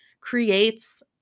creates